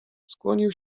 skłonił